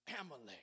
Amalek